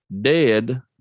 dead